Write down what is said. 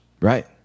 Right